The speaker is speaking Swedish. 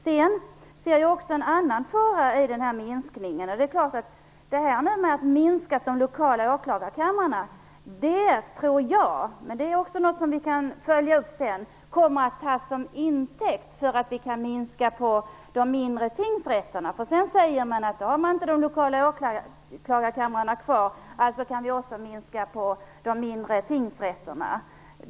Jag ser också en annan fara med denna minskning. När man nu har minskat ned på de lokala åklagarkamrarna tror jag, men det är också något som vi kan följa upp sedan, att detta kommer att tas till intäkt för att minska ned på de mindre tingsrätterna. Man kommer att säga att eftersom man inte har kvar de lokala åklagarkamrarna, kan man också minska ned på de mindre tingsrätterna.